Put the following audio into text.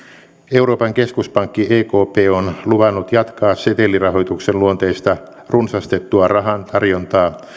euroopan keskuspankki ekp on luvannut jatkaa setelirahoituksen luonteista runsastettua rahan tarjontaa